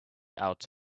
out